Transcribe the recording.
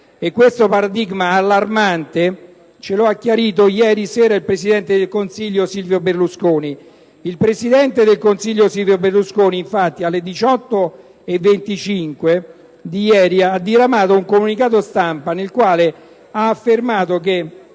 Questo paradigma allarmante ce lo ha chiarito ieri sera il presidente del Consiglio Silvio Berlusconi. Il Presidente del Consiglio, infatti, alle ore 18,25 di ieri ha diramato un comunicato stampa nel quale ha affermato: